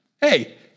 Hey